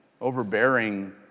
overbearing